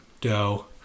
dough